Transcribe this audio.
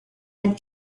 had